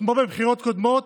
כמו בבחירות קודמות,